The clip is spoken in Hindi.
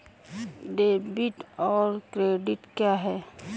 डेबिट और क्रेडिट क्या है?